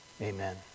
Amen